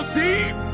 deep